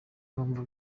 numva